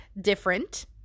different